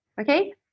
okay